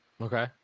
Okay